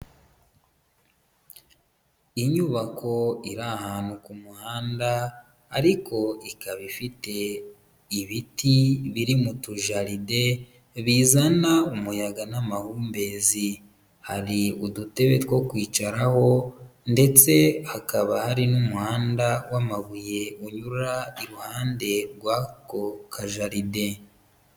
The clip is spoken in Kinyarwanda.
Inyubako iri ahantu ku muhanda ariko ikaba ifite ibiti biri mu tujaride, bizana umuyaga n'amahumbezi, hari udutebe two kwicaraho ndetse hakaba hari n'umuhanda w'amabuye unyura iruhande rw'ako kajaride.